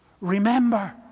Remember